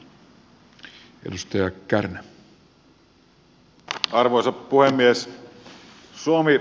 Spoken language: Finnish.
arvoisa puhemies